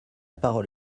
parole